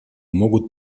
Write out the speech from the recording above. могут